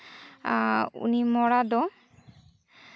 ᱩᱱᱤ ᱢᱚᱲᱟ ᱫᱚ